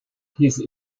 his